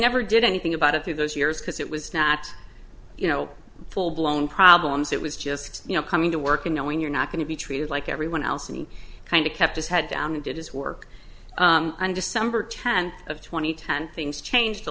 never did anything about it through those years because it was not you know full blown problems it was just you know coming to work and knowing you're not going to be treated like everyone else and kind of kept his head down and did his work and december tenth of two thousand and ten things changed a